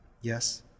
Yes